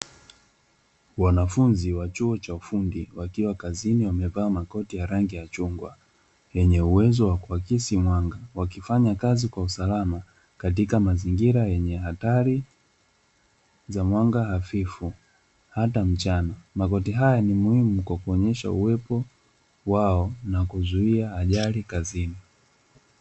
Wanafunzi wa chuo cha ufundi wakiwa kazini wamevaa makoti ya rangi ya chungwa yenye uwezo wa kuhakikisha mwanga wakifanya kazi kwa usalama katika mazingira yenye hatari za mwanga hafifu hata mchana magoti haya ni muhimu kwa kuonyesha uwepo wao na kuzuia ajali kazini